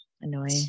annoying